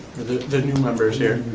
the new members here.